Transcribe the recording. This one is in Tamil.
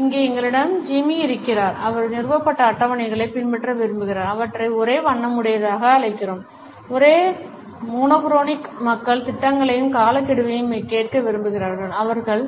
இங்கே எங்களிடம் ஜிம்மி இருக்கிறார் அவர் நிறுவப்பட்ட அட்டவணைகளைப் பின்பற்ற விரும்புகிறார் அவற்றை ஒரே வண்ணமுடையதாக அழைக்கிறோம் ஒரே வண்ணமுடைய மக்கள் திட்டங்களையும் காலக்கெடுவையும் கேட்க விரும்புகிறார்கள் அவர்கள்